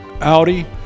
Audi